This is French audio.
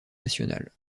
national